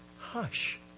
Hush